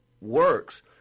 works